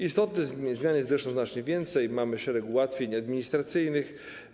Istotnych zmian jest znacznie więcej, mamy szereg ułatwień administracyjnych.